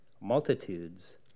multitudes